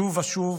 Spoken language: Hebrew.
שוב ושוב